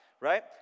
right